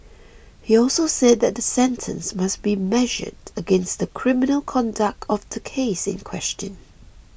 he also said that the sentence must be measured against the criminal conduct of the case in question